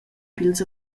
pils